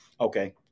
Okay